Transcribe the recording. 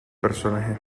personaje